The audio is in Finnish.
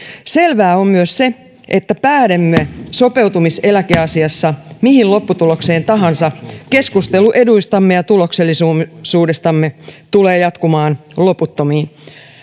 selvää on myös se että päädymme sopeutumiseläkeasiassa mihin lopputulokseen tahansa keskustelu eduistamme ja tuloksellisuudestamme tulee jatkumaan loputtomiin